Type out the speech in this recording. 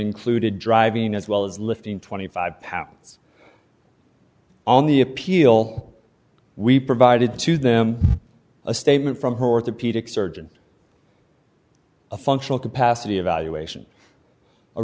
included driving as well as lifting twenty five pounds on the appeal we provided to them a statement from her orthopedic surgeon a functional capacity evaluation a